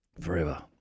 Forever